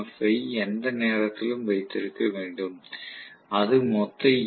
F I எந்த நேரத்திலும் வைத்திருக்க வேண்டும் அது மொத்த ஈ